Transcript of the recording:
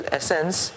essence